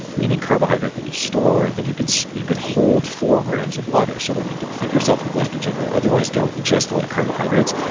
meaning carbohydrate that you store, i think you can so you can hold four grams of water. so when you deplete yourself of glycogen or otherwise don't ingest a lot of carbohydrates,